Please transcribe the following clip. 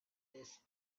this